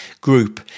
group